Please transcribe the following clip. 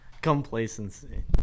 complacency